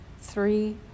three